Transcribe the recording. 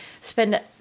spend